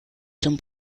zum